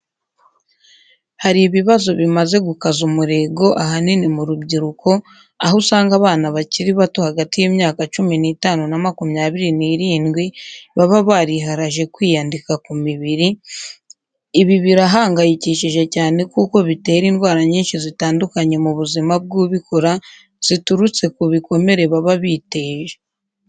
Hari ibibazo bimaze gukaza umurego ahanini mu rubyiruko aho uzanga abana bakiri bato hagati y'imyaka cumu n'itanu na makumyabiri n'irindwi baba bariharaje kwiyandika ku mibiri, ibi birahangayikishije cyane kuko bitera indwara nyinshi zitandukanye mu buzima bw'ubikora ziturutse ku bikomere baba biteje.